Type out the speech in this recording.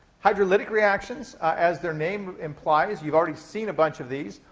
hydrolytic reactions, as their name implies, you've already seen a bunch of these,